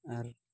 ᱟᱨ